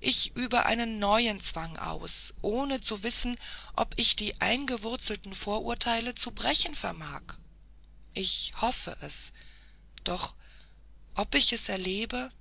ich übe einen neuen zwang aus ohne zu wissen ob ich die eingewurzelten vorurteile zu brechen vermag ich hoffe es doch ob ich es erlebe